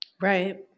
Right